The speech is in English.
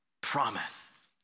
promise